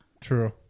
True